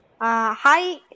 Hi